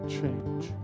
change